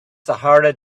sahara